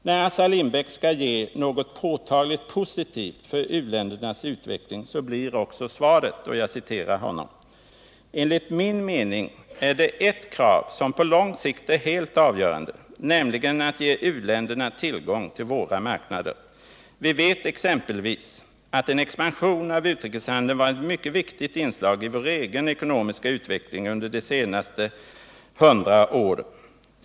När Assar Lindbeck skall ange något påtagligt positivt för u-ländernas utveckling blir också svaret: ”Enligt min mening är det ert krav som på lång sikt är helt avgörande, nämligen att ge u-länderna tillgång till våra marknader —--—- Vi vet exempelvis att en expansion av utrikeshandeln varit ett mycket viktigt inslag i vår egen ekonomiska utveckling under de senaste ett hundra åren.